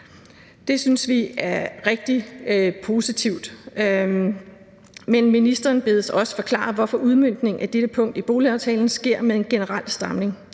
Det synes vi er rigtig positivt, men ministeren bedes også forklare, hvorfor udmøntningen af dette punkt i boligaftalen sker med en generel stramning.